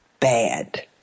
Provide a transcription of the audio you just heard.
Bad